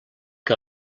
que